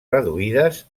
reduïdes